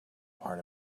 part